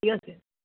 ঠিক আছে